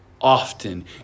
often